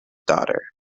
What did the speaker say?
daughter